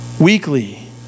weekly